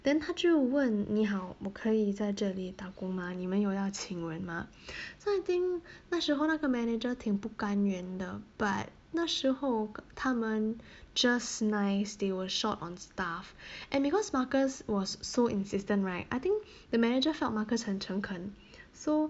then 他就问你好我可以在这里打工吗你们有要请人吗 so I think 那时候那个 manager 挺不甘愿的 but 那时候他们 just nice they were short on staff and because marcus was so insistent right I think the manager felt marcus 很诚恳 so